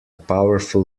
powerful